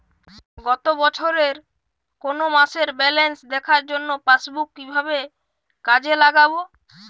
গত বছরের কোনো মাসের ব্যালেন্স দেখার জন্য পাসবুক কীভাবে কাজে লাগাব?